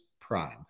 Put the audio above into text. prime